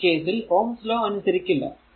ആ കേസിൽ Ohm's law അനുസരിക്കില്ല